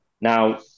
Now